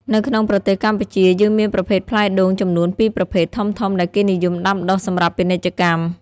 នៅក្នុងប្រទេសកម្ពុជាយើងមានប្រភេទផ្លែដូងចំនួន ២ ប្រភេទ ធំៗដែលគេនិយមដាំដុះសម្រាប់ពាណិជ្ជកម្ម